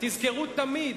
תזכרו תמיד,